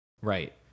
right